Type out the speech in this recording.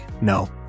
No